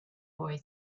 boy